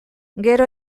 gero